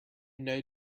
know